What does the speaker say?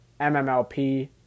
MMLP